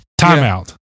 timeout